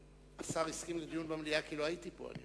השר הסכים לדיון במליאה כי לא הייתי פה.